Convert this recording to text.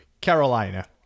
Carolina